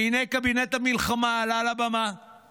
והינה, קבינט המלחמה עלה לבמה: